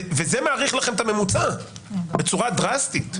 וזה מאריך לכם את הממוצע בצורה דרסטית.